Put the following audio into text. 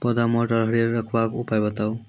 पौधा मोट आर हरियर रखबाक उपाय बताऊ?